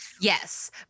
Yes